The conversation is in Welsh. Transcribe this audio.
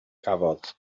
cafodd